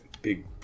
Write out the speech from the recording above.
Big